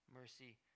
mercy